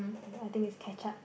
I think is ketchup